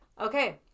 Okay